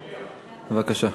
בבקשה.